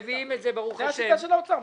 זו השיטה של האוצר.